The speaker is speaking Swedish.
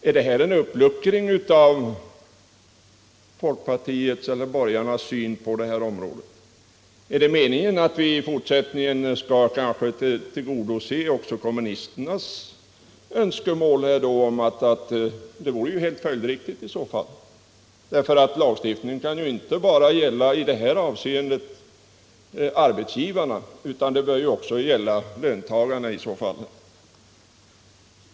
Är det här en uppluckring av folkpartiets eller borgarnas syn? Är det meningen att vi i fortsättningen kanske skall tillgodose även kommunisternas önskemål? Det vore i så fall helt följdriktigt. Lagstiftningen kan inte bara gälla arbetsgivarna utan den bör också gälla löntagarna.